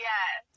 Yes